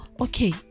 okay